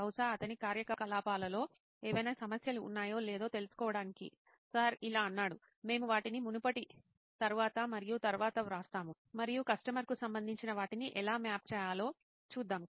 బహుశా అతని కార్యకలాపాలలో ఏవైనా సమస్యలు ఉన్నాయో లేదో తెలుసుకోవడానికి సార్ ఇలా అన్నాడు మేము వాటిని మునుపటి తరువాత మరియు తరువాత వ్రాస్తాము మరియు కస్టమర్కు సంబంధించి వాటిని ఎలా మ్యాప్ చేయాలో చూద్దాం